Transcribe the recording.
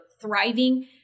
thriving